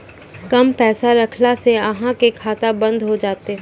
कम पैसा रखला से अहाँ के खाता बंद हो जैतै?